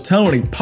Tony